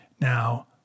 now